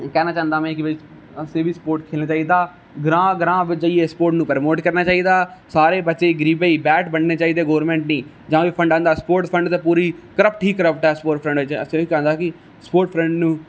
कहना चांहदा हां में कि भाई असें बी स्पोट खेलना चाहिदा ग्रां ग्रां बिच जाइयै स्पोट नू प्रमोट करना चाहिदा सारे बच्चे गी गरीबें गी बेट बढ़ने चाहिदे गौरमैंट गी जां फ्ही फंड आंदा स्पोटस फंड ते पूरी क्रप्ट ही क्रप्ट ऐ स्पोटस फंड